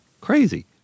crazy